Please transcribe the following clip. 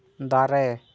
ᱫᱟᱨᱮ